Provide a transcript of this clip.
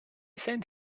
send